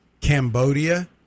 cambodia